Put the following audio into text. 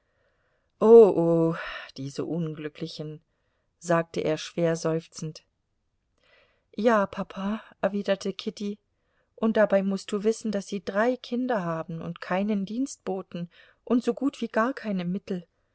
oh diese unglücklichen sagte er schwer seufzend ja papa erwiderte kitty und dabei mußt du wissen daß sie drei kinder haben und keinen dienstboten und so gut wie gar keine mittel